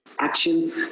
Action